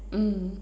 mm